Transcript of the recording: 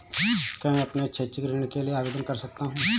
क्या मैं अपने शैक्षिक ऋण के लिए आवेदन कर सकता हूँ?